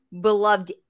beloved